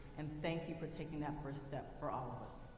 and thank you for taking that first step for all of us.